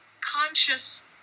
conscious